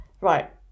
Right